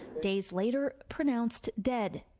days later pronounced dead.